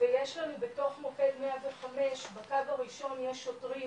ויש לנו בתוך מוקד 105 בקו הראשון יש שוטרים,